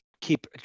keep